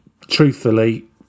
truthfully